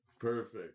Perfect